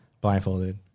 Blindfolded